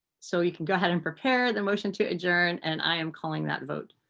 so we can go ahead and prepare the motion to adjourn and i am pulling that vote.